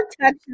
touch